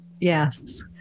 Yes